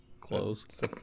clothes